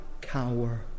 cower